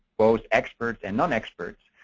both experts and non experts,